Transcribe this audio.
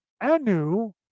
Anu